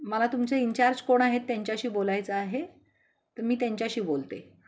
मला तुमचे इनचार्ज कोण आहेत त्यांच्याशी बोलायचं आहे तर मी त्यांच्याशी बोलते